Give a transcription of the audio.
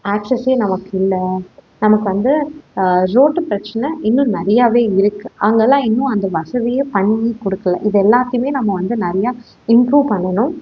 ஆக்ஸஸே நமக்கு இல்லை நமக்கு வந்து ரோட்டு பிரச்சனை இன்னும் நிறையாவே இருக்குது அங்கேல்லாம் இன்னும் அந்த வசதியே பண்ணி கொடுக்கல இதை எல்லாத்தேயுமே நம்ம வந்து நிறையா இம்ப்ரூவ் பண்ணணும்